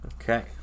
Okay